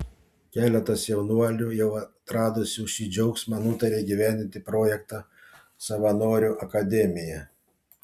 keletas jaunuolių jau atradusių šį džiaugsmą nutarė įgyvendinti projektą savanorių akademija